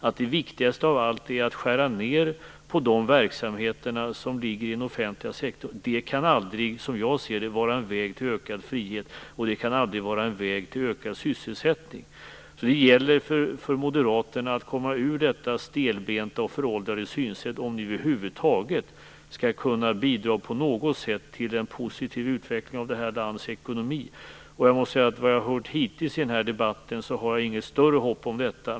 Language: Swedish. Att det viktigaste av allt skulle vara att skära ned på de verksamheter som ligger i den offentliga sektorn kan jag aldrig se som en väg till ökad frihet, och det kan aldrig vara en väg till ökad sysselsättning. Det gäller för moderaterna att komma ur detta stelbenta och föråldrade synsätt, om ni på något sätt skall kunna bidra till en positiv utveckling av det här landets ekonomi. Jag måste säga att det jag har hört hittills i den här debatten inte har gett mig större hopp om detta.